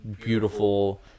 beautiful